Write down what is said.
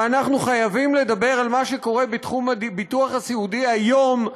ואנחנו חייבים לדבר על מה שקורה בתחום הביטוח הסיעודי היום,